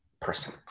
person